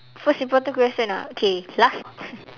first important question ah okay last